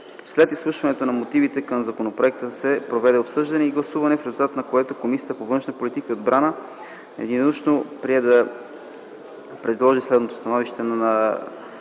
След изслушването на мотивите към законопроекта се проведе обсъждане и гласуване, в резултат на което Комисията по външна политика и отбрана единодушно прие следното становище: